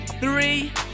three